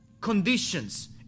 conditions